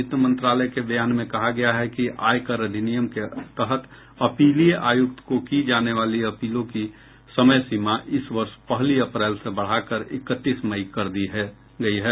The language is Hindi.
वित्त मंत्रालय के बयान में कहा गया है कि आय कर अधिनियम के तहत अपीलीय आयुक्त को की जाने वाली अपीलों की समय सीमा इस वर्ष पहली अप्रैल से बढ़ाकर इकतीस मई कर दी गई है